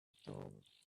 souls